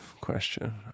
Question